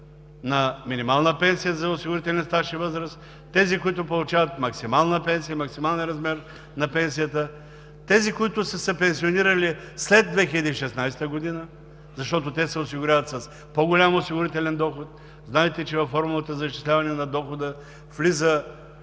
на минимална пенсия за осигурителен стаж и възраст; тези, които получават максималния размер на пенсията; тези, които са се пенсионирали след 2016 г., защото те се осигуряват с по-голям осигурителен доход – знаете, че във формулата за изчисляване на дохода влиза